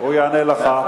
הוא יענה לך.